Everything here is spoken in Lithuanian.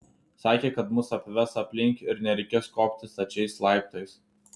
sakė kad mus apves aplink ir nereikės kopti stačiais laiptais